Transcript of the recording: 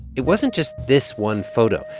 it wasn't just this one photo.